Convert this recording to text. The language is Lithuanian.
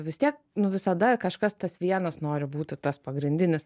vis tiek nu visada kažkas tas vienas nori būti tas pagrindinis